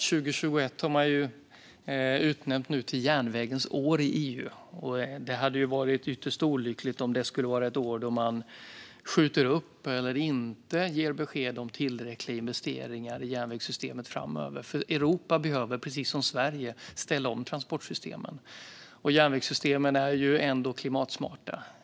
År 2021 har utnämnts till järnvägens år i EU, och det hade varit ytterst olyckligt om det skulle bli ett år då man skjuter upp eller inte ger besked om tillräckliga investeringar i järnvägssystemet framöver. Europa, precis som Sverige, behöver ställa om transportsystemen. Järnvägssystemen är klimatsmarta.